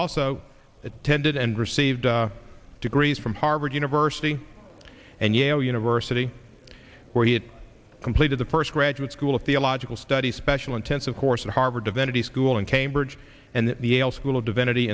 also attended and received degrees from harvard university and yale university where he had completed the first graduate school of theological studies special intensive course at harvard divinity school in cambridge and the ale school of divinity